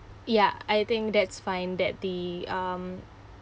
ya I think that's fine that the um